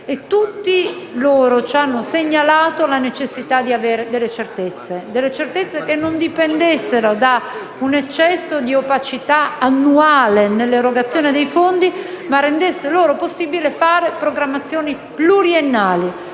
tutti ci hanno segnalato la necessità di avere delle certezze, che non dipendessero da un eccesso di opacità annuale nell'erogazione dei fondi, ma rendessero loro possibile fare programmazioni pluriennali.